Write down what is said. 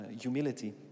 humility